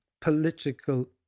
political